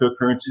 cryptocurrencies